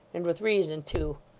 and with reason too!